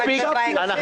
תנו לו לסיים, חברים.